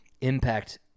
impact